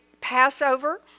Passover